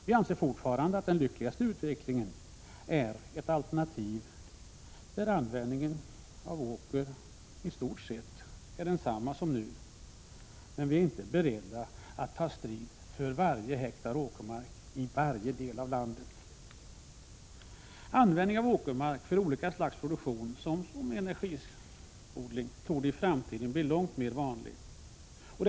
Vi anser fortfarande att den lyckligaste utvecklingen är om alternativ användning håller fortsatt samma åkerareal som nu i bruk, men vi är inte beredda att ta strid för varje hektar åkermark i varje del av landet. Användningen av åkermark för olika slags produktion såsom energiodling torde i framtiden bli långt mera vanlig.